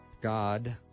God